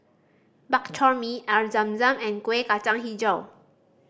Bak Chor Mee Air Zam Zam and Kueh Kacang Hijau